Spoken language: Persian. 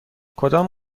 کدام